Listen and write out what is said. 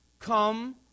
come